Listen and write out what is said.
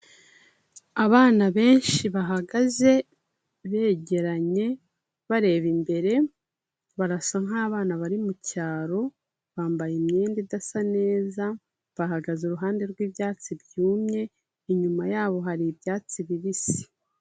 Abana benshi bahagaze, begeranye, bareba imbere, barasa nk'abana bari mu cyaro, bambaye imyenda idasa neza, bahagaze iruhande rw'ibyatsi byumye, inyuma yabo hari ibyatsi bibisi.